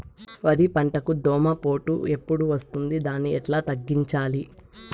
వరి పంటకు దోమపోటు ఎప్పుడు వస్తుంది దాన్ని ఎట్లా తగ్గించాలి?